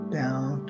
down